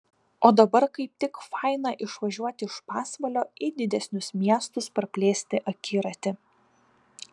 o dabar kaip tik faina išvažiuoti iš pasvalio į didesnius miestus praplėsti akiratį